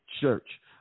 Church